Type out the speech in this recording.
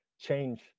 change